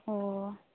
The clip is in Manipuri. ꯑꯣ